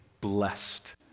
blessed